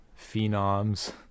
phenoms